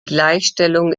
gleichstellung